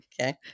Okay